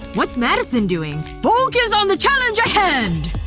what's madison doing? focus on the challenge at hand